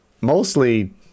mostly